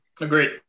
Agreed